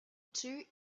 two